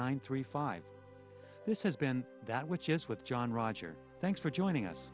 nine three five this has been that which is with john roger thanks for joining us